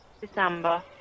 December